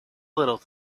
little